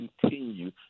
continue